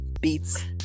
beats